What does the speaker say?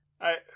I-